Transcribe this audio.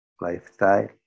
lifestyle